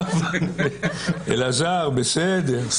אלעזר, בסדר.